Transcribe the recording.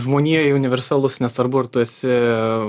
žmonijoj universalus nesvarbu ar tu esi